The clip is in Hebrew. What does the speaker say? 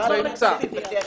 הגשתי שאילתה.